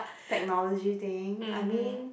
technology thing I mean